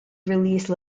release